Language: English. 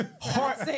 Heart